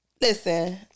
Listen